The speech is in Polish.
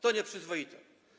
To nieprzyzwoite.